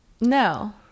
No